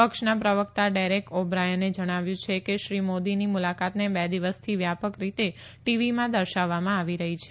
પક્ષના પ્રવકતા ડેરેક ઓ બ્રાયને જણાવ્યું છે કે શ્રી મોદીની મુલાકાતને બે દિવસથી વ્યાપક રીતે ટીવીમાં દર્શાવવામાં આવી રહી છે